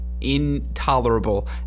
Intolerable